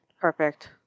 Perfect